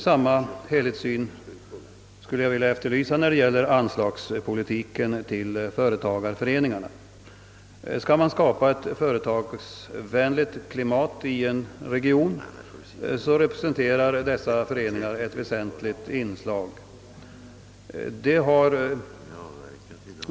Samma helhetssyn skulle jag vilja efterlysa när det gäller anslagspolitiken till företagareföreningarna. Skall man skapa ett företagsvänligt klimat i en region, representerar företagareföreningarna ett väsentligt inslag.